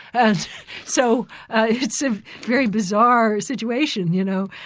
and so it's a very bizarre situation, you know.